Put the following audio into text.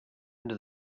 into